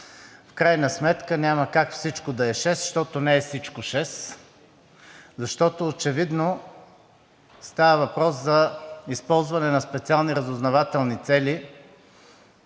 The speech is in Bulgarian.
В крайна сметка няма как всичко да е „шест“, защото не е всичко „шест“, защото очевидно става въпрос за използване на специални разузнавателни